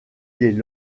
des